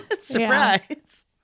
Surprise